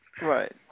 Right